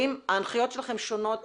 האם ההנחיות שלכם שונות